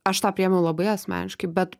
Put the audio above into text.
aš tą priėmiau labai asmeniškai bet